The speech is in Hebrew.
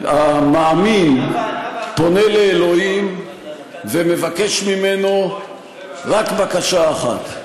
המאמין פונה לאלוהים ומבקש ממנו רק בקשה אחת.